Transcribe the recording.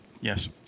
Yes